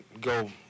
go